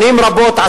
שנים רבות,